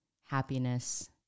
happiness